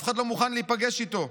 אף אחד לא מוכן להיפגש איתו.